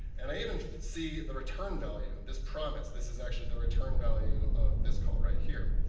and i even see the return value, this promise, this is actually the return value of this call right here.